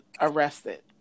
arrested